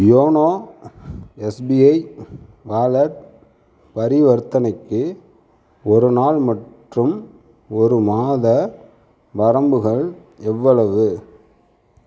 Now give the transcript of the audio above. YONO SBI wallet பரிவர்த்தனைக்கு ஒரு நாள் மற்றும் ஒரு மாத வரம்புகள் எவ்வளவு